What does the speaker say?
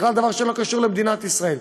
בכלל דבר שלא קשור למדינת ישראל,